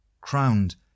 Crowned